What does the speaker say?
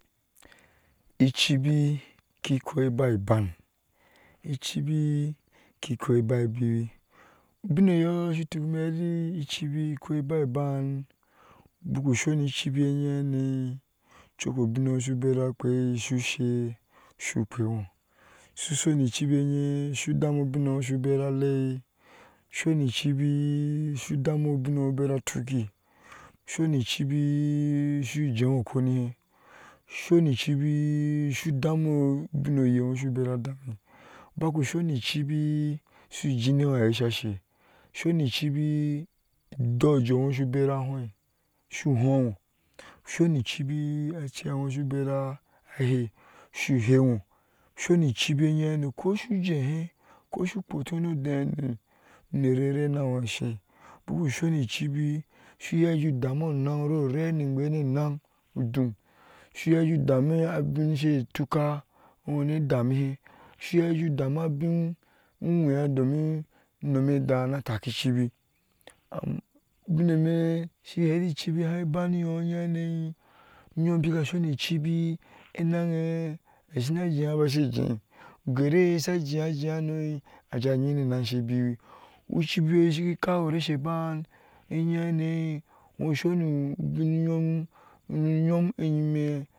I cibi ko koba iban icibi ki koba ebiwi, ubiŋeya shi tuk ime i heti cicibi i koba iban bukuk sheni icibi eyehane coko obig eno ushu bera akpei, shu shu, shu kpeŋo shu shoni kibi eye, shu damu ubiŋ eŋo shubera a lɛɛi shoni kibi, shu dami ubig eŋo shu beara. a tuki shoni icibi shu dami ŋoubin oye eŋo shu bera adani baku shonikibi ushu jiniŋo ahɛɛi sho shɛɛ, shoni icibi, idɔɔ ajɔɔ eŋo ushulera ahooi shu hɔɔŋo shoni icibi ecei eŋo shu bera a hei shu bɛino shoni kibi eyehane ko shu jɛɛhɛ ko sho kpotunwe ni odɛɛhana uner a rena ino ashei uku shoni icibi shu iya ashei buku shoni icibi shu iya a jɛɛi juu dam onan rorenijee no nan udun shu yi wuu dam abin she tuka une damihɛɛ shu iya juu dama abin unwea donun unom edaa na taki icibi ubin eme ishi heti icibi haai bani nyo enye hane unyom bika shoni icibi enan eye a shina jɛɛa baa ashe jɛɛi uhei eye sha jɛɛa baa ashe jɛɛi ugeri eye sha jɛɛa a jɛɛa hanoi, aja nyii ni enan she biwi, icibi shi kawo u reshi eban eye hank no shonu ubin nyom nu nyoma nyime.